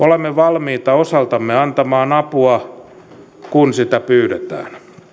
olemme valmiita osaltamme antamaan apua kun sitä pyydetään